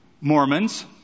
Mormons